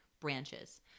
branches